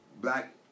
black